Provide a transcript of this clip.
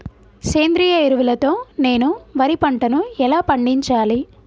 సేంద్రీయ ఎరువుల తో నేను వరి పంటను ఎలా పండించాలి?